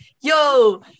yo